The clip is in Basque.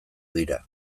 dira